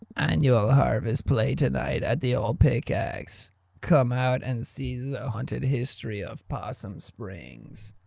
annual harfest play tonight at the ol pickaxe come out and see the so haunted history of possum springs